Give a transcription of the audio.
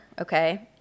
okay